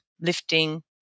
lifting